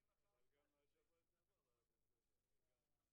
השעה 09:05. אנחנו